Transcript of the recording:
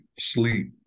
sleep